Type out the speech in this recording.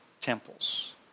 temples